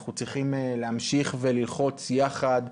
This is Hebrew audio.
אנחנו צריכים להמשיך וללחוץ יחד,